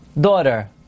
daughter